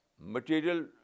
material